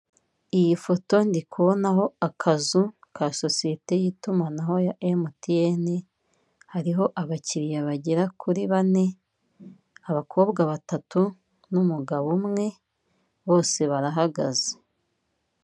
Iyi foto ndi kubonaho akazu ka sosiyete y'itumanaho ya mtn, hariho abakiriya bagera kuri bane abakobwa batatu ,n'umugabo umwe bose barahagaze.